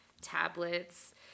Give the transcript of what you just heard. tablets